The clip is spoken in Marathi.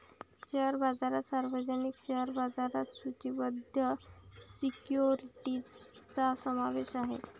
शेअर बाजारात सार्वजनिक शेअर बाजारात सूचीबद्ध सिक्युरिटीजचा समावेश आहे